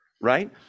right